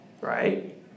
Right